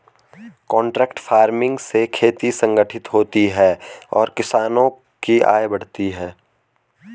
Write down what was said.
contract farming से खेती संगठित होती है और किसानों की आय बढ़ती है